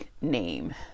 name